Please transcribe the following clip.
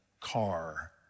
car